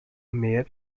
mayor